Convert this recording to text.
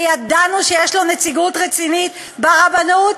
וידענו שיש לו נציגות רצינית ברבנות,